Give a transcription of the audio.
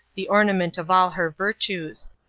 the ornament of all her virtues.